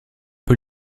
peu